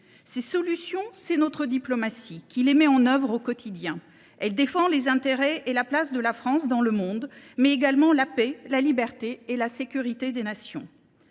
Ces solutions, notre diplomatie les met en œuvre au quotidien. Elle défend les intérêts et la place de la France dans le monde, mais également la paix, la liberté et la sécurité des nations.